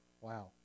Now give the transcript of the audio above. Wow